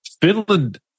Finland